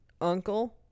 uncle